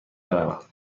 بروم